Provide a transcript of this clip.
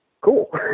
cool